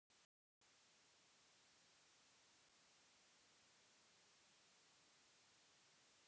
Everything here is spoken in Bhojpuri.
डेयरी मुर्गी पालन गाय भैस आदि पाले वालन के लोन मिलेला